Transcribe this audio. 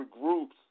groups